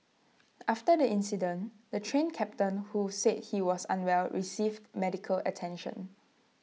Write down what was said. after the incident the Train Captain who said he was unwell received medical attention